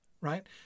right